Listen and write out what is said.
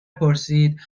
پرسید